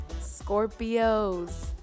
scorpios